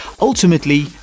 Ultimately